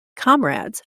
comrades